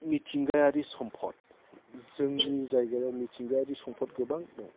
मिथिंगायारि सम्पद जोंनि जायगायाव मिथिंगायारि सम्पद गोबां दं